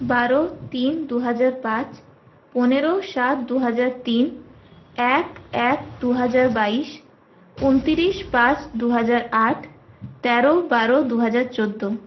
বারো তিন দুহাজার পাঁচ পনেরো সাত দুহাজার তিন এক এক দুহাজার বাইশ ঊনত্রিশ পাঁচ দুহাজার আট তেরো বারো দুহাজার চোদ্দো